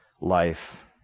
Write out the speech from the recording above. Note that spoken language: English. life